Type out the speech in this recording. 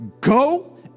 go